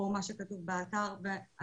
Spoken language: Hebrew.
בכתב, אבל בלבלה לי את המוח על זה כל הזמן.